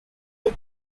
his